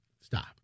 Stop